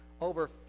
over